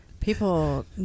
people